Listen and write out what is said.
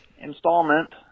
Installment